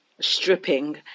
stripping